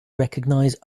recognize